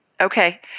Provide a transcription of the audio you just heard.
Okay